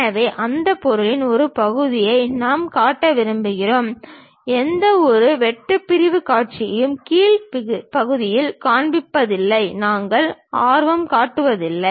எனவே அந்த பொருளின் ஒரு பகுதியை மட்டுமே நாம் காட்ட விரும்புகிறோம் எந்தவொரு வெட்டு பிரிவுக் காட்சியையும் கீழ் பகுதியில் காண்பிப்பதில் நாங்கள் ஆர்வம் காட்டவில்லை